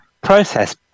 process